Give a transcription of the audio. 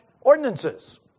ordinances